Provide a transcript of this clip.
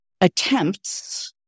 attempts—